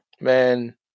man